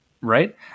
right